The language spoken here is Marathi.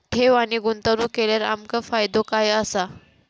ठेव आणि गुंतवणूक केल्यार आमका फायदो काय आसा?